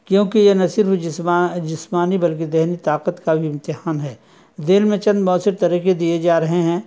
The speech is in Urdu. کیوںکہ یہ نہ صرف جسم جسمانی بلکہ ذہنی طاقت کا بھی امتحان ہے جن میں چند مؤثر طریقے دیے جا رہے ہیں